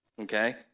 Okay